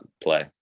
play